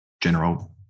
general